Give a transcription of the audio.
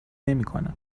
نمیکنه